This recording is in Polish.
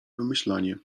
wymyślanie